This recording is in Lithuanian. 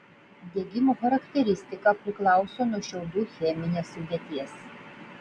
degimo charakteristika priklauso nuo šiaudų cheminės sudėties